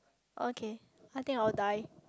okay I think I will die